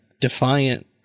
Defiant